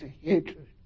hatred